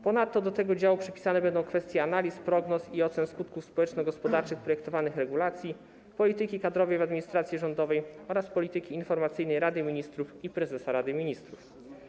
Ponadto do tego działu przypisane będą kwestie analiz, prognoz i ocen skutków społeczno-gospodarczych projektowanych regulacji, polityki kadrowej w administracji rządowej oraz polityki informacyjnej Rady Ministrów i prezesa Rady Ministrów.